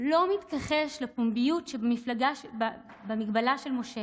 לא מתכחש לפומביות שבמגבלה של משה